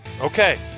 Okay